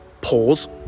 pause